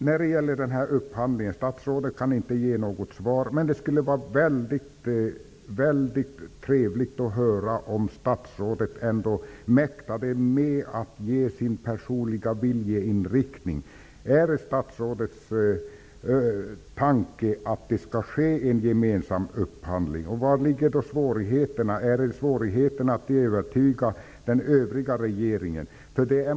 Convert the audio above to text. När det gäller upphandlingen kan statsrådet inte ge något svar, men det skulle vara väldigt trevligt att höra om statsrådet ändå mäktade med att ange sin personliga viljeinriktning. Är det statsrådets tanke att det skall ske en gemensam upphandling? Vari ligger då svårigheterna? Är det svårt att övertyga den övriga regeringen?